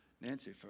Nancy